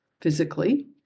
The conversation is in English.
physically